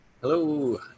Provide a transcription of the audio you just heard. Hello